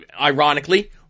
ironically